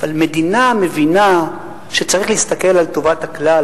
אבל מדינה מבינה שצריך להסתכל על טובת הכלל,